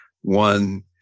One